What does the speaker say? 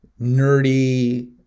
nerdy